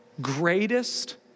greatest